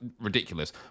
ridiculous